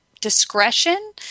discretion